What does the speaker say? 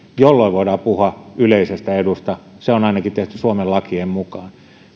jolloin voidaan puhua yleisestä edusta se on ainakin tehty suomen lakien mukaan